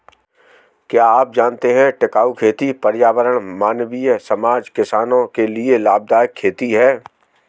क्या आप जानते है टिकाऊ खेती पर्यावरण, मानवीय समाज, किसानो के लिए लाभदायक खेती है?